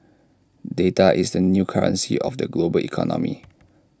data is the new currency of the global economy